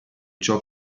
ciò